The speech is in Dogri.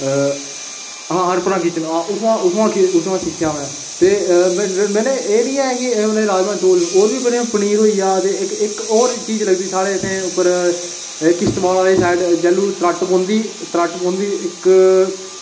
अ आं उत्थुआं उत्थुआं सिक्खेआ में ते एह् निं ऐ कि छड़े राजमांह् चौल पनीर होइया इक्क होर चीज़ रौहंदी साढ़े इत्थें किशतवाड़ आह्ली साईड जदूं त्रट्ट पौंदी त्रट्ट पौंदी ते